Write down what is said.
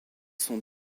sont